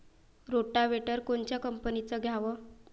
Rotavator कोनच्या कंपनीचं घ्यावं?